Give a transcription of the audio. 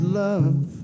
love